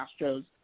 Astros